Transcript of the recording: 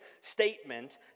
statement